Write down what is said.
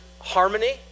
harmony